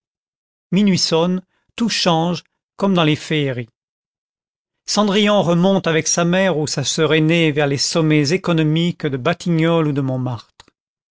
minuit sonne tout change comme dans les féeries cendrillon remonte avec sa mère ou sa sœur aînée vers les sommets économiques de batignolles ou de montmartre